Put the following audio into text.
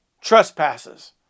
trespasses